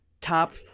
top